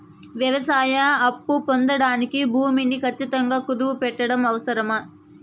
వ్యవసాయ అప్పు పొందడానికి భూమిని ఖచ్చితంగా కుదువు పెట్టడం అవసరమా?